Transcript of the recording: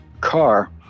car